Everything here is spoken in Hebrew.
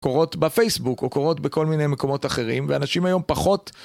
קורות בפייסבוק, או קורות בכל מיני מקומות אחרים, ואנשים היום פחות.